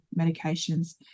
medications